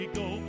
go